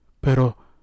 Pero